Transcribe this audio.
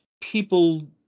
people